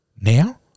now